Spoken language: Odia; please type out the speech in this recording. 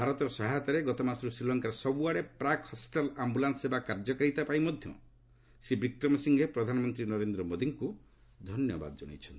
ଭାରତର ସହାୟତାରେ ଗତମାସରୁ ଶ୍ରୀଲଙ୍କାର ସବୁଆଡ଼େ ପ୍ରାକ୍ ହସ୍କିଟାଲ୍ ଆମ୍ଭୁଲାନ୍ସ ସେବା କାର୍ଯ୍ୟକାରିତା ପାଇଁ ମଧ୍ୟ ଶ୍ରୀ ବିକ୍ରମସିଂହେ ପ୍ରଧାନମନ୍ତ୍ରୀ ନରେନ୍ଦ୍ର ମୋଦିଙ୍କୁ ଧନ୍ୟବାଦ ଜଣାଇଛନ୍ତି